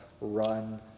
run